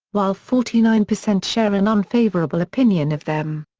while forty nine percent share an unfavorable opinion of them.